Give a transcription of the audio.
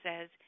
says